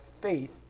faith